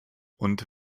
und